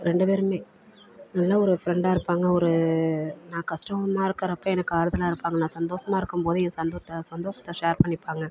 ரெண்டு பேருமே நல்ல ஒரு ஃப்ரெண்டாக இருப்பாங்க ஒரு நான் கஷ்டமா இருக்கிறப்ப எனக்கு ஆறுதலாக இருப்பாங்க நான் சந்தோஷமா இருக்கும்போது என் சந்தோஷத்த சந்தோஷத்தை ஷேர் பண்ணிப்பாங்க